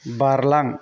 बारलां